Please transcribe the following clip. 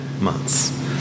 months